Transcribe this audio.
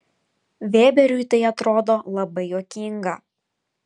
vėberiui tai atrodo labai juokinga